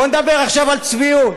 בואי נדבר עכשיו על צביעות.